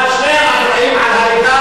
מה אסד עשה?